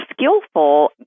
skillful